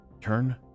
Turn